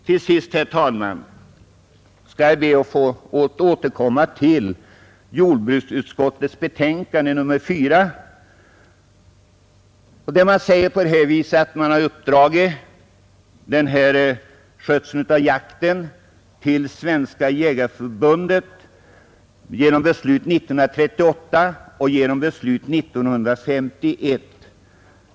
Till sist, herr talman, skall jag be att få återkomma till jordbruksutskottets betänkande nr 4, där det sägs att ”ledningen av jaktvårdsarbetet i 95 landet enligt riksdagens beslut åren 1938 och 1951 anförtrotts åt Svenska jägareförbundet och dess lokalavdelningar”.